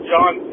John